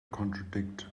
contradict